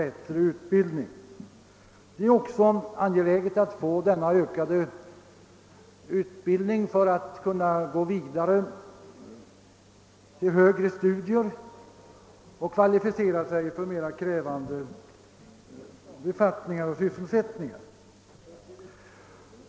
Denna ökade utbildning är också angelägen för att man skall kunna gå vidare till högre studier och därigenom kvalificera sig för mer krävande befattningar och sysselsättningar.